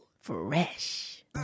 Fresh